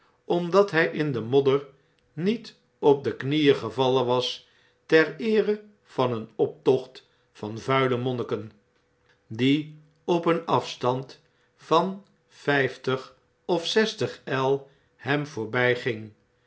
omdat hjj in de modder niet op de knieen gevallen was ter eere van een optocht van vuile monniken die op een afstand van vh'ftig of zestig el hem